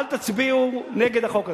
אל תצביעו נגד החוק הזה.